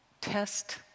Test